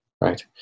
right